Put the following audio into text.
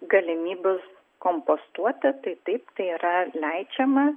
galimybių kompostuoti tai taip tai yra leidžiama